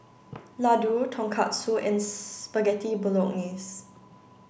Ladoo Tonkatsu and Spaghetti Bolognese